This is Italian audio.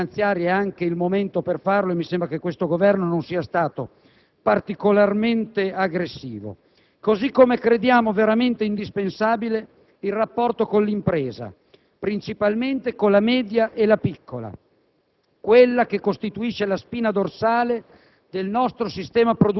e -consentitemi un po' di polemica - bisogna investire su questo, la finanziaria è anche il momento per farlo e mi sembra che questo Governo non sia stato particolarmente aggressivo. Così come crediamo veramente indispensabile il rapporto con l'impresa, principalmente con la media e la piccola,